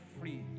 free